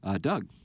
Doug